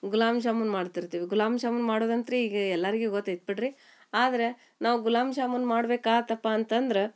ಗುಲಾಬ್ ಜಾಮೂನು ಮಾಡ್ತಿರ್ತೀವಿ ಗುಲಾಬ್ ಜಾಮೂನು ಮಾಡುದಂದ್ರ್ ಈಗ ಎಲ್ಲರ್ಗೆ ಗೊತ್ತೈತೆ ಬಿಡಿರಿ ಆದ್ರೆ ನಾವು ಗುಲಾಬ್ ಜಾಮೂನು ಮಾಡ್ಬೇಕಾಯ್ತಪ್ಪ ಅಂತಂದ್ರೆ